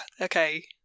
okay